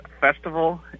festival